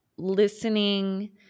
listening